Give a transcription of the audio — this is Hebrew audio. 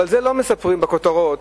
אבל לא מספרים בכותרות